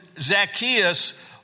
Zacchaeus